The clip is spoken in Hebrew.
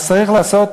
צריך לעשות